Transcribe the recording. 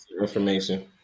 information